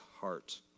heart